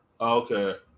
okay